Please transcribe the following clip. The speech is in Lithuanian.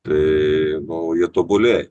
tai nu jie tobulėja